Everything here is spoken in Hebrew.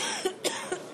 הכספים 2017,